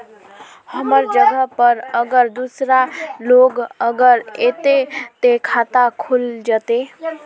हमर जगह पर अगर दूसरा लोग अगर ऐते ते खाता खुल जते?